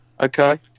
Okay